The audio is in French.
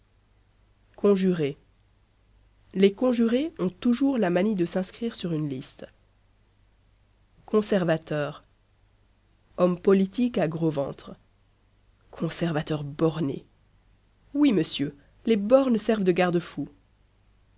conjuré les conjurés ont toujours la manie de s'inscrire sur une liste conservateur homme politique à gros ventre conservateur borné oui monsieur les bornes servent de garde-fou